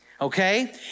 okay